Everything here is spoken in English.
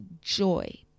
joy